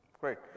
Great